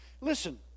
listen